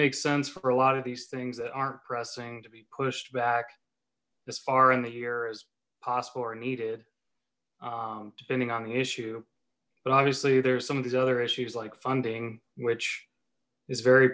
makes sense for a lot of these things that aren't pressing to be pushed back as far in the year as possible or needed depending on the issue but obviously there's some of these other issues like funding which is very